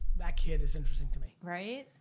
that kid is interesting to me. right?